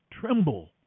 tremble